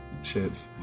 shits